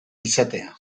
izatea